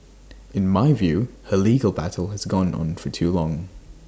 in my view her legal battle has gone on for too long